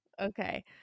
Okay